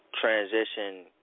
transition